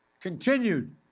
continued